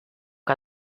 que